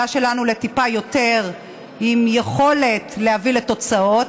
שלנו לטיפה יותר עם יכולת להביא לתוצאות,